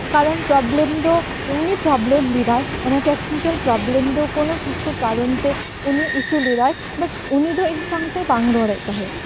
ᱠᱟᱨᱚᱱ ᱯᱨᱚᱵᱮᱞᱮᱢ ᱫᱚ ᱩᱱᱤ ᱯᱨᱚᱵᱞᱮᱢ ᱞᱮᱫᱟᱭ ᱢᱟᱱᱮ ᱴᱮᱠᱱᱤᱠᱮᱞ ᱯᱨᱚᱵᱞᱮᱢ ᱫᱚ ᱠᱚᱱᱳ ᱠᱤᱪᱷᱩ ᱠᱟᱨᱚᱱ ᱛᱮ ᱩᱱᱤ ᱤᱥᱩ ᱞᱮᱫᱟᱭ ᱵᱟᱴ ᱩᱱᱤ ᱫᱚ ᱤᱧ ᱥᱟᱶᱛᱮ ᱵᱟᱝ ᱮ ᱨᱚᱲ ᱮᱫ ᱛᱟᱦᱮᱸᱫ